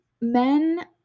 Men